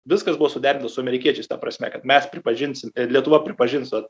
viskas buvo suderinta su amerikiečiais ta prasme kad mes pripažinsim ir lietuva pripažins vat